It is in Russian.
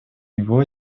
него